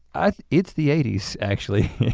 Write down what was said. ah it's the eighty s actually,